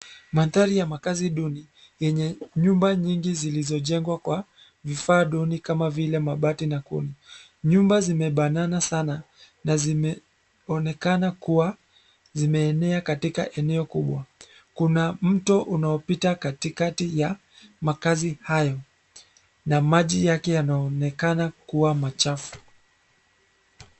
Mandhari ya makaazi duni yenye nyumba nyingi zilizojengwa kwa vifaa duni kama mabati na kuni, nyumba zimebanana sana na zimeonekana kuwa zimeenea katika eneo kubwa. Kuna mto unaopita katikati ya makaazi hayo na maji yake yanaonekana kuwa machafu.